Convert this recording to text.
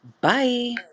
Bye